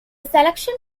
selection